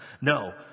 No